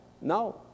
No